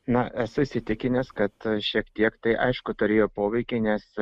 na esu įsitikinęs kad šiek tiek tai aišku turėjo poveikį nes